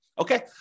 okay